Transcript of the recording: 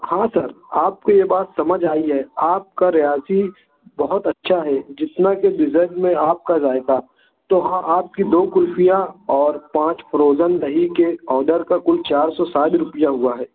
ہاں سر آپ کو یہ بات سمجھ آئی ہے آپ کا ریاضی بہت اچھا ہے جتنا کہ ڈزرو میں آپ کا ذائقہ تو ہاں آپ کی دو کُلفیاں اور پانچ فروزن دہی کے آڈر کا کُل چار سو ساٹھ روپیہ ہُوا ہے